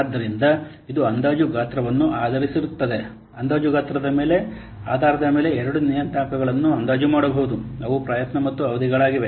ಆದ್ದರಿಂದ ಇದು ಅಂದಾಜು ಗಾತ್ರವನ್ನು ಆಧರಿಸಿರುತ್ತದೆ ಅಂದಾಜು ಗಾತ್ರದ ಆಧಾರದ ಮೇಲೆ ಎರಡು ನಿಯತಾಂಕಗಳನ್ನು ಅಂದಾಜು ಮಾಡಬಹುದು ಅವು ಪ್ರಯತ್ನ ಮತ್ತು ಅವಧಿಗಳಾಗಿವೆ